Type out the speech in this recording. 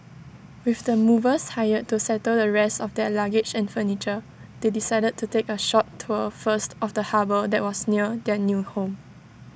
with the movers hired to settle the rest of their luggage and furniture they decided to take A short tour first of the harbour that was near their new home